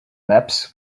maps